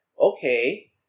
okay